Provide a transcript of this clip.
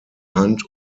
hand